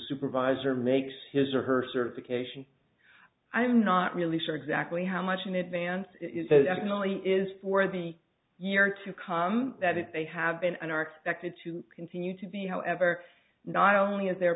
supervisor makes his or her certification i'm not really sure exactly how much in advance actually is for the year to come that it may have been and are expected to continue to be however not only is the